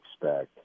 expect